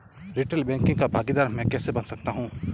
Retail banking का भागीदार मैं कैसे बन सकता हूँ?